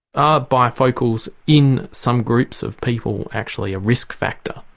are bifocals in some groups of people actually a risk factor?